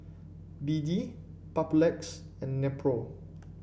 B D Papulex and Nepro